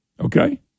Okay